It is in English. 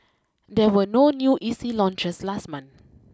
there were no new E C launches last month